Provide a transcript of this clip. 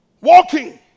walking